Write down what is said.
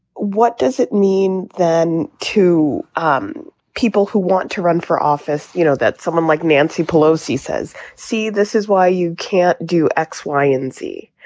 what does it mean then to um people who want to run for office you know that someone like nancy pelosi says see this is why you can't do x y and c.